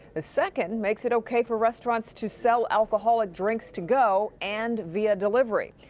ah second makes it okay for restaurants to sell alcoholic drinks to go and via delivery.